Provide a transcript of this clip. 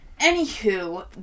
Anywho